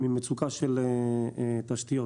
ממצוקה של תשתיות.